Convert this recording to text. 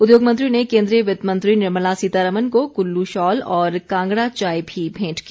उद्योगमंत्री ने केन्द्रीय वित्त मंत्री निर्मला सीतारमण को कुल्लू शॉल और कांगड़ा चाय भी भेंट की